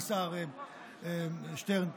השר שטרן.